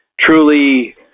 truly